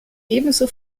ebenso